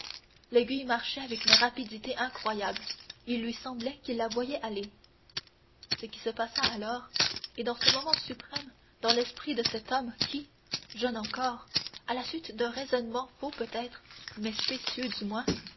l'aiguille marchait avec une rapidité incroyable il lui semblait qu'il la voyait aller ce qui se passa alors et dans ce moment suprême dans l'esprit de cet homme qui jeune encore à la suite d'un raisonnement faux peut-être mais spécieux du moins